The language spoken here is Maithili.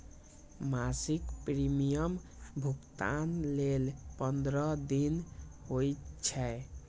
मासिक प्रीमियम भुगतान लेल पंद्रह दिन होइ छै